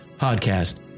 podcast